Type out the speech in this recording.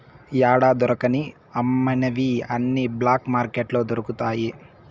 యాడా దొరకని అమ్మనివి అన్ని బ్లాక్ మార్కెట్లో దొరుకుతాయి